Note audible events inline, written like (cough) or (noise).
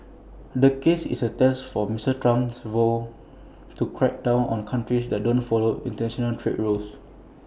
the case is A test form Mister Trump's vow (noise) to crack down on countries that don't follow International trade rules